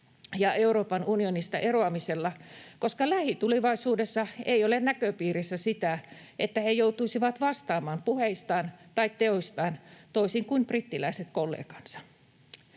ja Euroopan unionista eroamisesta, koska lähitulevaisuudessa ei ole näköpiirissä sitä, että he joutuisivat vastaamaan puheistaan tai teoistaan, toisin kuin brittiläiset kollegansa.